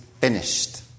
finished